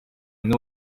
and